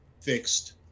fixed